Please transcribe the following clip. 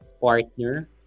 partner